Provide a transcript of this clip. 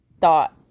thought